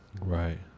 right